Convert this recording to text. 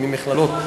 הם ממכללות,